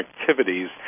activities